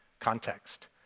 Context